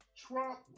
Trump